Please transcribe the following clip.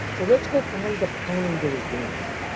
so let's go find the pony that is venus,